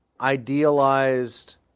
idealized